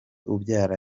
ubabyara